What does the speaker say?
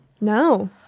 No